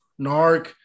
Narc